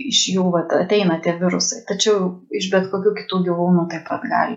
iš jų vat ateina tie virusai tačiau iš bet kokių kitų gyvūnų taip pat gali